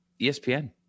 ESPN